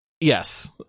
Yes